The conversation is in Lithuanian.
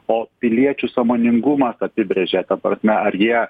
o piliečių sąmoningumas apibrėžia ta prasme ar jie